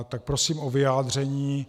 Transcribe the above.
Tak prosím o vyjádření.